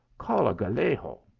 call a gallego.